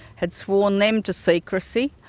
had sworn them to secrecy,